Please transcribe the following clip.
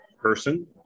person